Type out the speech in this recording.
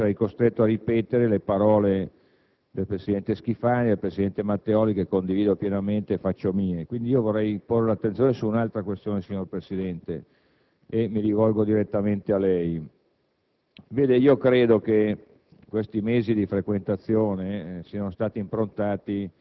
Questo è il dato fondamentale sul quale vorrei porre l'attenzione; altrimenti sarei costretto a ripetere le parole del presidente Schifani e del presidente Matteoli, che condivido pienamente e faccio mie. Vorrei quindi porre l'attenzione su un'altra questione, signor Presidente, e mi rivolgo direttamente a lei.